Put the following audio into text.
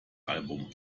album